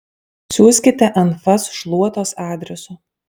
siųskite anfas šluotos adresu